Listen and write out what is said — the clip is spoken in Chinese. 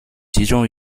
集中